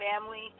family